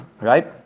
right